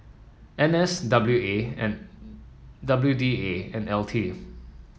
N S W A and W D A and L T